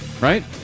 right